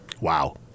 Wow